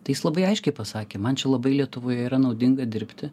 tai jis labai aiškiai pasakė man čia labai lietuvoj yra naudinga dirbti